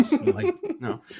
No